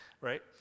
Right